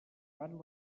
fan